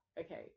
Okay